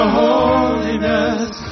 holiness